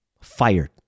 Fired